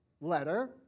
letter